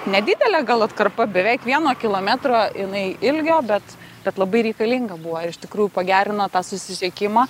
nedidelė gal atkarpa beveik vieno kilometro jinai ilgio bet bet labai reikalinga buvo iš tikrųjų pagerino susisiekimą